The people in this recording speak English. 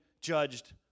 judged